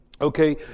Okay